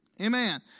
Amen